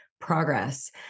progress